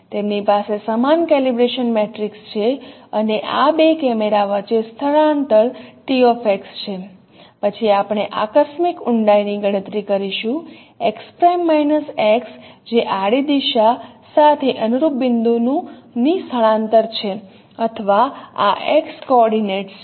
તેમની પાસે સમાન કેલિબ્રેશન મેટ્રિક્સ છે અને આ 2 કેમેરા વચ્ચે સ્થળાંતર tx છે પછી આપણે આકસ્મિક ઊંડાઈ ની ગણતરી કરીશું x' x જે આડી દિશા સાથે અનુરૂપ બિંદુની સ્થળાંતર છે અથવા આ x કોઓર્ડિનેટ્સ છે